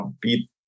beat